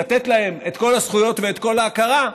לתת להם את כל הזכויות ואת כל ההכרה,